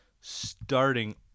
starting